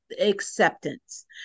acceptance